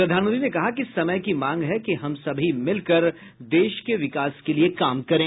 प्रधानमंत्री ने कहा कि समय की मांग है कि हम सभी मिलकर देश के विकास के लिए काम करें